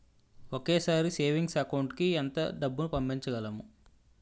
ఒకేసారి savings account కి ఎంత డబ్బు పంపించగలము?